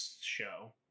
show